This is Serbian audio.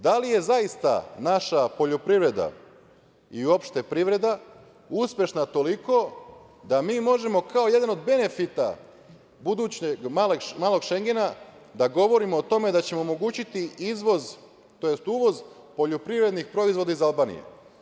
Da li je zaista naša poljoprivreda i uopšte privreda uspešna toliko da mi možemo kao jedan od benefita budućeg „malog Šengena“ da govorimo o tome da ćemo omogućiti izvoz, tj. uvoz poljoprivrednih proizvoda iz Albanije?